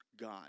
God